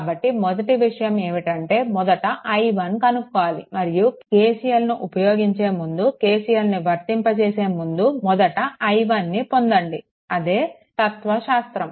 కాబట్టి మొదటి విషయం ఏమిటంటే మొదట i1 కనుక్కోవాలి మరియు KCL ను ఉపయోగించే ముందు KCLను వర్తింప చేసే ముందు మొదట i1 ను పొందండి అదే తత్వశాస్త్రం